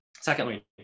Secondly